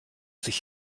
sich